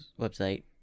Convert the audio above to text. website